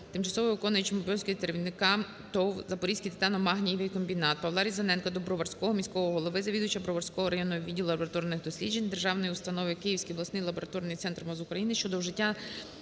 тимчасово виконуючим обов'язки керівника ТОВ "Запорізький титано-магнієвий комбінат". ПавлаРізаненка до Броварського міського голови, завідувача Броварського районного відділу лабораторних досліджень Державної установи «Київський обласний лабораторний центр МОЗ України» щодо вжиття